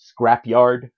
scrapyard